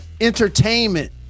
entertainment